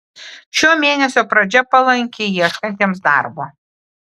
šio mėnesio pradžia palanki ieškantiems darbo